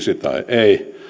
ei